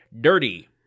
dirty